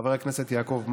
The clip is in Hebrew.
חבר הכנסת יעקב מרגי,